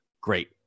great